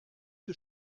que